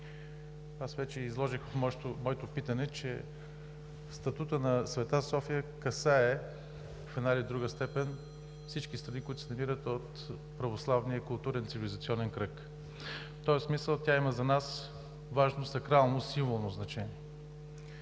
Аз вече изложих в моето питане, че статутът на „Св. София“ касае в една или друга степен всички страни, които се намират в православния културен цивилизационен кръг. В този смисъл тя има за нас важно, сакрално, символно значение.